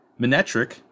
Minetric